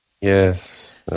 Yes